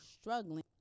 struggling